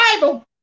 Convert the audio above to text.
Bible